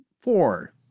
four